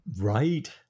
Right